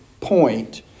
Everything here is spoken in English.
point